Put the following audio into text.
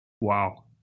Wow